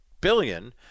billion